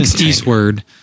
Eastward